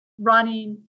running